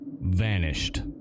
Vanished